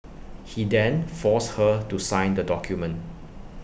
he then forced her to sign the document